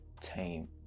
tame